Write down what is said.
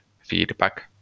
feedback